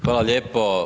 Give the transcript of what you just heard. Hvala lijepo.